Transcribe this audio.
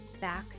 back